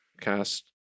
cast